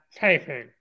typing